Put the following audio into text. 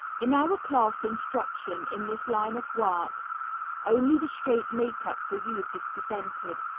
in our class instruction in this line of work only the straight makeup for youth is presented,